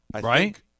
Right